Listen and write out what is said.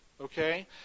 Okay